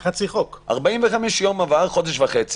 45 יום עברו, חודש וחצי